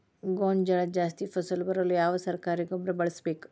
ಗೋಂಜಾಳ ಜಾಸ್ತಿ ಫಸಲು ಬರಲು ಯಾವ ಸರಕಾರಿ ಗೊಬ್ಬರ ಬಳಸಬೇಕು?